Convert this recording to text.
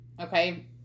Okay